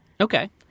Okay